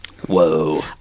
Whoa